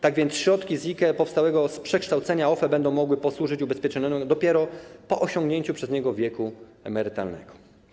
Tak więc środki z IKE powstałego z przekształcenia OFE będą mogły posłużyć ubezpieczonemu dopiero po osiągnięciu przez niego wieku emerytalnego.